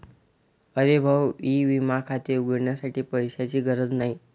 अरे भाऊ ई विमा खाते उघडण्यासाठी पैशांची गरज नाही